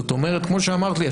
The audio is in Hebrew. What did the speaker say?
זאת אומרת כמו שאמרת לי,